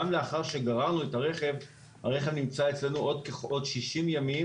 גם לאחר שגררנו את הרכב הוא נמצא אצלנו עוד 60 ימים